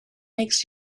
makes